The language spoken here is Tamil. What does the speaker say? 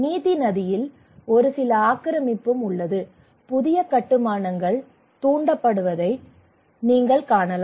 மிதி நதியில் ஒரு சில ஆக்கிரமிப்பும் உள்ளது புதிய கட்டுமானங்கள் தூண்டப்படுவதை நீங்கள் காணலாம்